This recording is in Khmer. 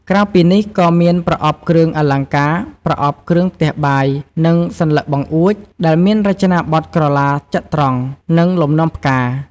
ក្រៅពីនេះ ក៏មានប្រអប់គ្រឿងអលង្ការ, ប្រអប់គ្រឿងផ្ទះបាយ, និងសន្លឹកបង្អួច ដែលមានរចនាបថក្រឡាចត្រង្គ និងលំនាំផ្កា។